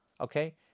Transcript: okay